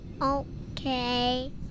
okay